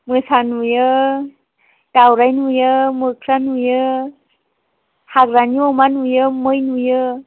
मोसा नुयो दावराय नुयो मोख्रा नुयो हाग्रानि अमा नुयो मै नुयो